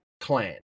clan